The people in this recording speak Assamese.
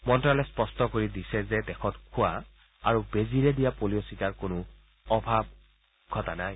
মন্ত্ৰালয়ে স্পষ্ট কৰি দিছে যে দেশত খোৱা আৰু বেজিৰে দিয়া পলিঅ' ছিটাৰ কোনো অভাৱ ঘটা নাই